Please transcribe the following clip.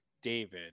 david